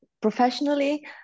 professionally